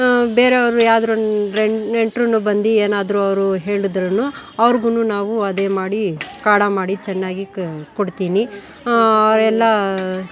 ಬೇರೆಯವರು ಯಾದ್ರು ರೆನ್ ನೆಂಟ್ರು ಬಂದು ಏನಾದರೂ ಅವರು ಹೇಳದ್ರು ಅವರ್ಗು ನಾವು ಅದೇ ಮಾಡಿ ಕಾಢಾ ಮಾಡಿ ಚೆನ್ನಾಗಿ ಕ್ ಕೊಡ್ತೀನಿ ಅವರೆಲ್ಲ